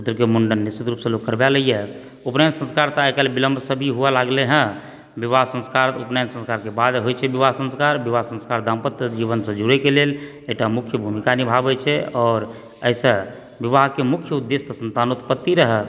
मुण्डन निश्चित रूपसँ लोक करवा लैया उपनयन संस्कार तऽ आइ काल्हि बिलम्ब से भी होवऽ लागलै हँ विवाह संस्कार आ उपनयन संस्कारके बाद होइ छै विवाह संस्कार विवाह संस्कार दाम्पत्य जीवनसँ जुड़ैके लेल एकटा मुख्य भूमिका निभावै छै आओर एहिसँ विवाहके मुख्य उदेश्य तऽ सन्तानोत्पत्ति रहय